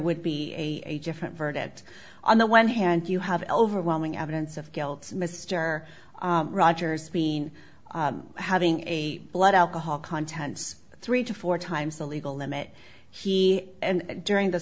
would be a different verdict on the one hand you have overwhelming evidence of guilt mr rogers been having a blood alcohol content three to four times the legal limit he during the